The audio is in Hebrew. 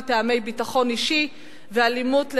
מטעמי ביטחון אישי לנוכח אלימות,